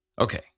Okay